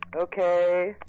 Okay